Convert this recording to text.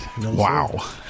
Wow